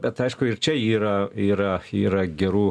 bet aišku ir čia yra yra yra gerų